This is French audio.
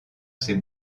ces